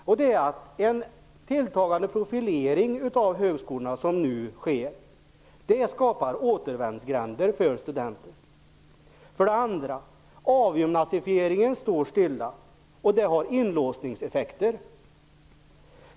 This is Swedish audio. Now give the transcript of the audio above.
För det första skapar den tilltagande profilering av högskolorna som nu sker återvändsgränder för studenter. För det andra står avgymnasiefieringen stilla. Det medför inlåsningseffekter.